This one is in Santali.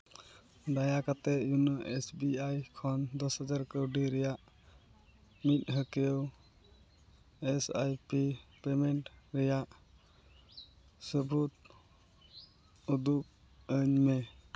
ᱫᱟᱭᱟ ᱠᱟᱛᱮᱫ ᱤᱭᱩᱱᱳ ᱮᱥ ᱵᱤ ᱟᱭ ᱠᱷᱚᱱ ᱫᱚᱥ ᱦᱟᱡᱟᱨ ᱠᱟᱹᱣᱰᱤ ᱨᱮᱭᱟᱜ ᱢᱟᱦᱱᱟᱹᱠᱤᱭᱟᱹ ᱮᱥ ᱟᱭ ᱯᱤ ᱯᱮᱢᱮᱱᱴ ᱨᱮᱭᱟᱜ ᱥᱟᱹᱵᱩᱫ ᱩᱫᱩᱜ ᱟᱹᱧ ᱢᱮ